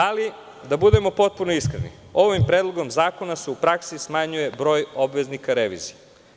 Ali, da budemo potpuno iskreni, ovim predlogom zakona se u praksi smanjuje broj obaveznika revizija.